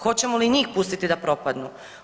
Hoćemo li njih pustiti da propadnu?